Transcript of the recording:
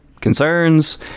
concerns